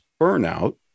burnout